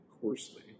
coarsely